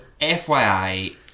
FYI